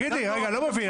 אני לא מבין.